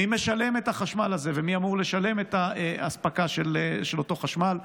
מי משלם את החשמל הזה ומי אמור לשלם את האספקה של אותו חשמל?